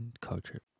culture